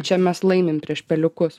čia mes laimim prieš peliukus